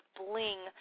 bling